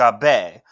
Gabe